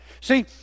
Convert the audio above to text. See